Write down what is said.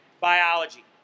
Biology